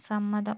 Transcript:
സമ്മതം